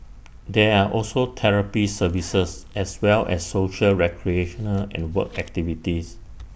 there are also therapy services as well as social recreational and work activities